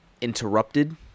interrupted